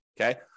okay